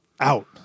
Out